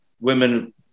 women